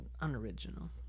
unoriginal